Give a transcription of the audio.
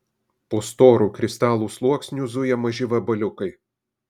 po storu kristalų sluoksniu zuja maži vabaliukai